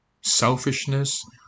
selfishness